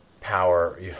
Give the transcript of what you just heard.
power